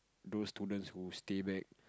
those student who stay back